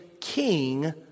king